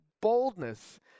boldness